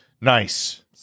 nice